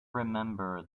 remember